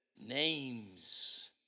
names